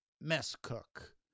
mess-cook